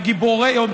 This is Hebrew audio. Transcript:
מגיבורי היום,